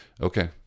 Okay